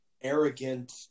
arrogant